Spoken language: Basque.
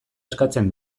eskatzen